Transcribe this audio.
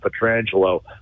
Petrangelo